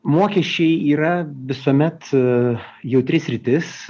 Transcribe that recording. mokesčiai yra visuomet jautri sritis